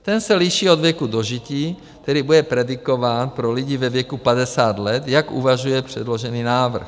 Ten se liší od věku dožití, tedy bude predikován pro lidi ve věku 50 let, jak uvažuje předložený návrh.